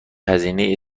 هزینه